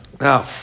Now